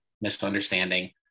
misunderstanding